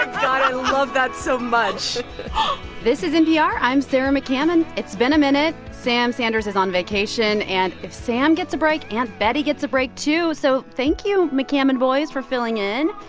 love that so much this is npr. i'm sarah mccammon. it's been a minute. sam sanders is on vacation. and if sam gets a break, aunt betty gets a break, too. so thank you, mccammon boys, for filling in.